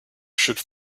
should